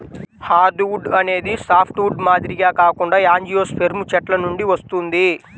hardwood అనేది softwood మాదిరిగా కాకుండా యాంజియోస్పెర్మ్ చెట్ల నుండి వస్తుంది